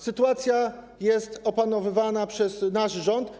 Sytuacja jest opanowywana przez nasz rząd.